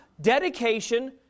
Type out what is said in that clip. dedication